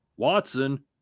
Watson